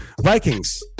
Vikings